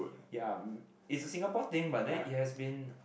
ya it's a Singapore thing but then it has been